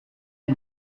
iyi